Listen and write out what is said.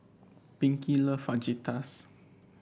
Pinkie love Fajitas